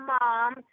mom